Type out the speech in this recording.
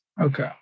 Okay